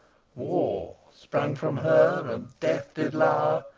war, sprung from her, and death did lour,